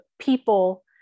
people